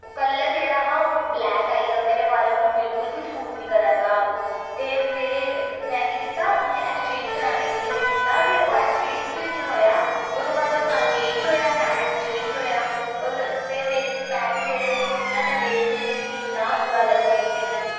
colour जेह्ड़ा हा ओह् ब्लैक आई गेआ मेरे बालें उप्पर बिल्कुल बी सूट निं करा दा हा ओह् ते मेरे में केह् कीता उस्सी ऐक्सचेंज कराने दी ओह् कीता ते ओह् ऐक्सचेंज बी निं होएआ ओह्दे बाद ओह् ना चेंज होएआ ना ऐक्सचेंज होएआ ते मेरे पैसे जेह्ड़े हे ओह् इ'यां ने वेस्ट होई गे मिकी इन्ना बुरा लग्गेआ कि मेरे